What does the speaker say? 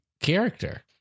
character